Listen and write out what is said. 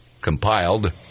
compiled